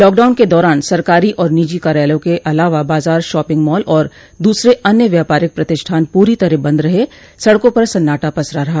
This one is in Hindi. लॉकडाउन के दौरान सरकारी और निजी कार्यालयों के अलावा बाजार शॉपिंग माल और दूसरे अन्य व्यापारिक प्रतिष्ठान पूरी तरह बंद रहे सड़कों पर सन्नाटा पसरा रहा